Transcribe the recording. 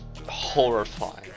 horrifying